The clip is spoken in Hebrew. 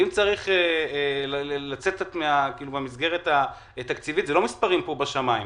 ואם צריך לצאת קצת מהמסגרת התקציבית אלו לא מספרים בשמיים,